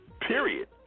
Period